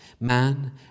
man